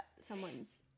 someone's